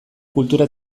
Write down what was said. kultura